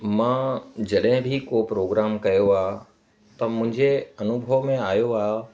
मां जॾहिं बि को प्रोग्राम कयो आहे त मुंहिंजे अनुभव में आयो आहे